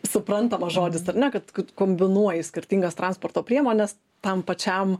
suprantamas žodis ar ne kad kombinuoji skirtingas transporto priemones tam pačiam